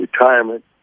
retirement